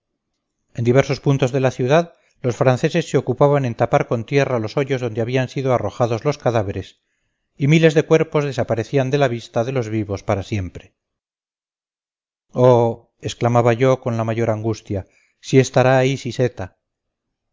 en diversos puntos de la ciudad los franceses se ocupaban en tapar con tierra los hoyos donde habían sido arrojados los cadáveres y miles de cuerpos desaparecían de la vista de los vivos para siempre oh exclamaba yo con la mayor angustia si estará ahí siseta